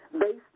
based